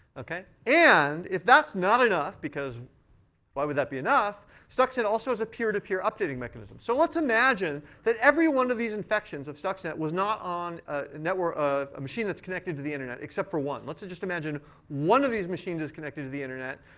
ok? and if that's not enough, because why would that be enough, stuxnet also has a peer-to-peer updating mechanism. so let's imagine that every one of these infections of stuxnet was not on ah a machine that's connected to the internet, except for one. let's just imagine one of these machines is connected to the internet,